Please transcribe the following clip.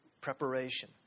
preparation